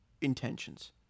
intentions